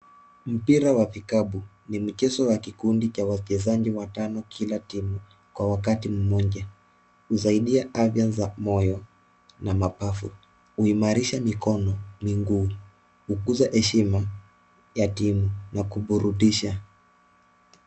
Mpira wa kikapu, ni mchezo wa kikundi cha wachezaji watano kila timu kwa wakati mmoja. Husaidia afya za moyo na mapafu. Uimarisha mikono, miguu. Hukuza heshima ya timu, na kuburudisha.